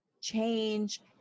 change